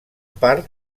part